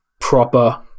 proper